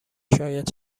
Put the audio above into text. شاید